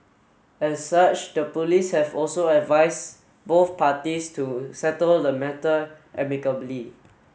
as such the police have also advise both parties to settle the matter amicably